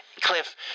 Cliff